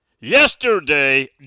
yesterday